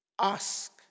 Ask